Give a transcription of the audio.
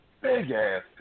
big-ass